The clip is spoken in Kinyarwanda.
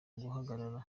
guhagarara